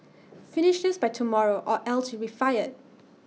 finish this by tomorrow or else you'll be fired